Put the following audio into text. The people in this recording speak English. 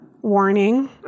warning